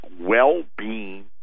well-being